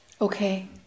Okay